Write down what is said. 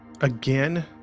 Again